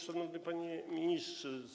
Szanowny Panie Ministrze!